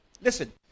Listen